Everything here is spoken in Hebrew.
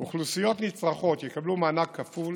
אוכלוסיות נצרכות יקבלו מענק כפול